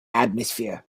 atmosphere